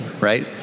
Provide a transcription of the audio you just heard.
right